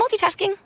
multitasking